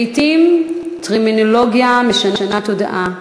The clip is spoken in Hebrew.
לעתים, טרמינולוגיה משנה תודעה,